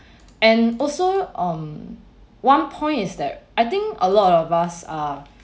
and also on one point is that I think a lot of us are